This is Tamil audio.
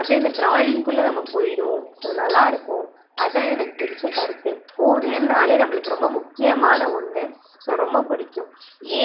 அப்டியே அந்த ட்ராயிங்குக்குள்ள நம்ம போய்டுவோம் ஸோ நல்லா இருக்கும் அதான் எனக்கு பிடித்த கருத்து ஓவியம்னாலே நம்மளுக்கு ரொம்ப முக்கியமான ஒன்று ஸோ ரொம்ப பிடிக்கும்